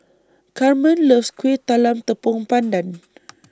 Carmen loves Kueh Talam Tepong Pandan